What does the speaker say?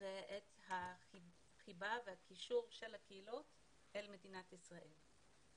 ואת החיבה והקישור של הקהילות אל מדינת ישראל.